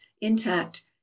intact